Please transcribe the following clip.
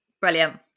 Brilliant